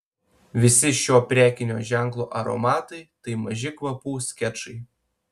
visi šio prekinio ženklo aromatai tai maži kvapų skečai